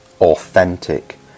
authentic